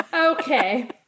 Okay